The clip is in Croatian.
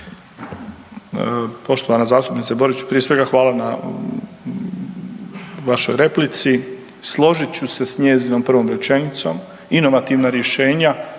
Poštovana zastupnice Borić, prije svega hvala na vašoj replici. Složit ću se s njezinom prvom rečenicom, inovativna rješenja